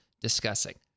discussing